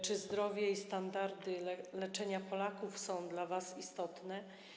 Czy zdrowie i standardy leczenia Polaków są dla was istotne?